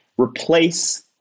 replace